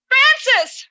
Francis